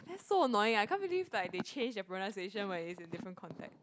that so annoying I can't believe like they change the pronunciation when is in different context